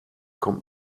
kommt